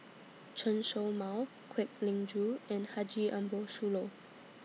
Chen Show Mao Kwek Leng Joo and Haji Ambo Sooloh